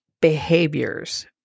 behaviors